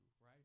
right